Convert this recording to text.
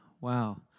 wow